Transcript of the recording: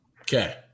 Okay